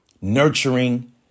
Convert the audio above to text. nurturing